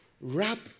wrap